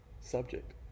subject